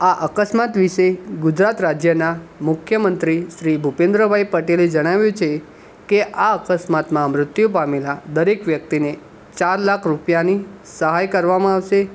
આ અકસ્માત વિશે ગુજરાત રાજ્યના મુખ્યમંત્રી શ્રી ભૂપેન્દ્રભાઇ પટેલે જણાવ્યું છે કે આ અકસ્માતમાં મૃત્યુ પામેલાં દરેક વ્યક્તિને ચાર લાખ રૂપિયાની સહાય કરવામાં આવશે